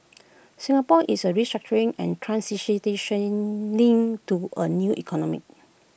Singapore is A restructuring and transitioning to A new economy